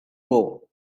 more